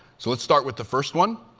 so let's start with the first one.